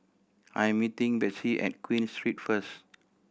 I am meeting Betsey at Queen Street first